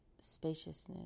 spaciousness